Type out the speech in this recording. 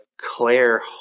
Claire